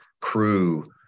crew